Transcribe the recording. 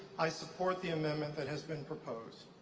i support the amendment that has been proposed.